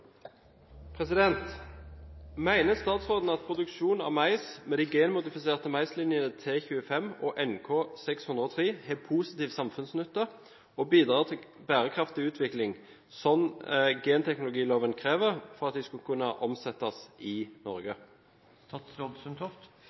statsråden at produksjonen av mais med de genmodifiserte maislinjene T25 og NK603 har positiv samfunnsnytte og bidrar til bærekraftig utvikling, slik genteknologiloven krever for at de skal kunne omsettes i Norge?»